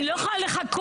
אני לא יכולה לחכות.